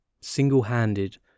Single-handed